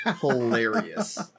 hilarious